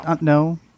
no